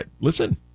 listen